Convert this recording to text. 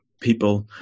people